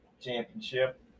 championship